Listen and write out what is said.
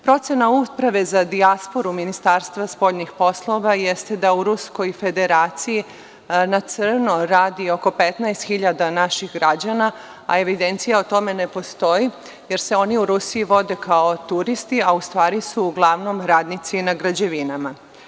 Procena Uprave za dijasporu Ministarstva spoljnih poslova jeste da u Ruskoj Federaciji na crno radi oko 15.000 naših građana, a evidencija o tome ne postoji, jer se oni u Rusiji vode kao turisti, a u stvari su uglavnom radnici na građevinama.